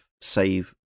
save